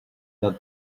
that